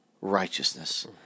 righteousness